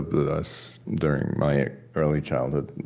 but us during my early childhood,